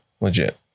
Legit